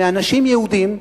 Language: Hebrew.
מאנשים יהודים,